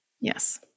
Yes